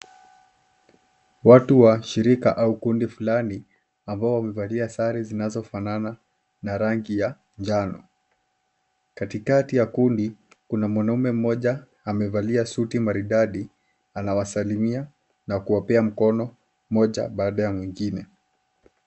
Watu wa shirika au kundi fulani ambao wamevalia sare zinazofanana na rangi ya njano. Katikati ya kundi, kuna mwanaume mmoja amevalia suti maridadi anawasalimia na kuwapea mkono mmoja baada ya mwingine.